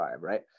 right